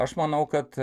aš manau kad